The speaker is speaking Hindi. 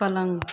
पलंग